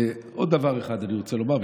עוד דבר אני רוצה לומר,